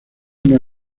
una